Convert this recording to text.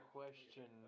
question